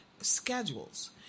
schedules